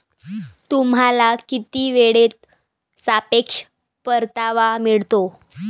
तुम्हाला किती वेळेत सापेक्ष परतावा मिळतो?